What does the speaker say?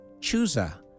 Chusa